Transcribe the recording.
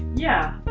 yeah, i,